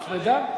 הוצמדה?